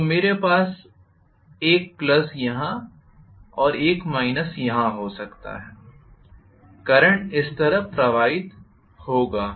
तो मेरे पास एक प्लस यहाँ और एक माइनस यहाँ हो सकता है और करंट इस तरह प्रवाहित होगा